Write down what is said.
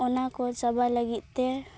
ᱚᱱᱟ ᱠᱚ ᱪᱟᱵᱟ ᱞᱟᱹᱜᱤᱫ ᱛᱮ